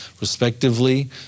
respectively